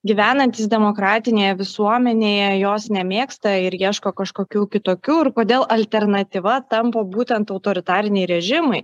gyvenantys demokratinėje visuomenėje jos nemėgsta ir ieško kažkokių kitokių ir kodėl alternatyva tampa būtent autoritariniai režimai